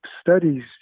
studies